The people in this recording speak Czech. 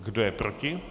Kdo je proti?